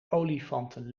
olifanten